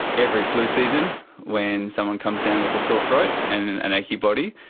every flu season when someone comes down with a sore throat and an achy body,